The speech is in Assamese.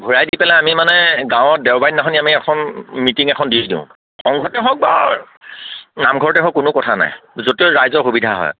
ঘূৰাই দি পেলাই আমি মানে গাঁৱত দেওবাৰৰ দিনাখনেই আমি এখন মিটিং এখন দি দিওঁ সংঘতে হওক বা নামঘৰতে হওক কোনো কথা নাই যতেই ৰাইজৰ সুবিধা হয়